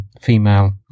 female